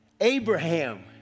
Abraham